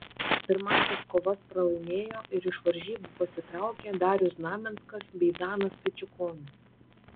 pirmąsias kovas pralaimėjo ir iš varžybų pasitraukė darius znamenskas bei danas pečiukonis